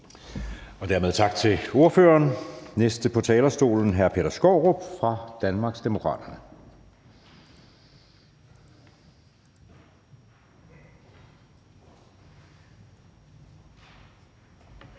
Dermed tak til ordføreren. Den næste på talerstolen er hr. Peter Skaarup fra Danmarksdemokraterne.